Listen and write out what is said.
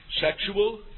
sexual